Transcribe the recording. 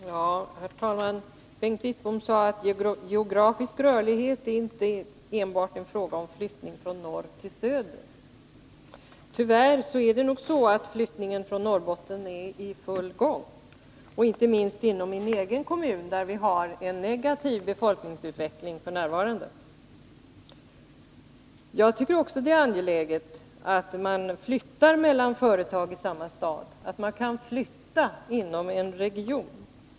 Herr talman! Bengt Wittbom sade att geografisk rörlighet inte enbart är en fråga om flyttning från norr till söder. Tyvärr är det nog så att flyttningen från Norrbotten är i full gång. Inte minst gäller det min egen hemkommun, där vi har en negativ befolkningsutveckling f. n. Jag tycker också att det är angeläget att man kan flytta mellan företag i samma stad eller att man kan flytta inom en region.